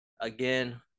again